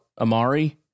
Amari